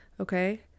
Okay